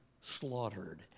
slaughtered